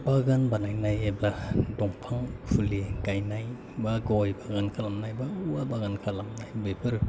बागान बानायनाय एबा दंफां फुलि गायनाय बा गय बागान खालामनाय बा औवा बागान खालामनाय बेफोर